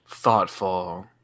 Thoughtful